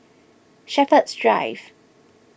Shepherds Drive